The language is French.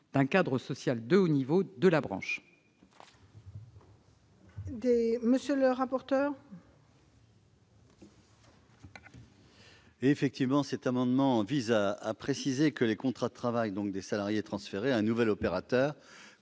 d'un cadre social de haut niveau pour la branche. Quel est l'avis de la commission ? Cet amendement vise à préciser que les contrats de travail des salariés transférés à un nouvel opérateur